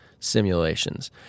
simulations